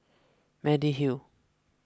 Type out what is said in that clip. Mediheal